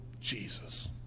Jesus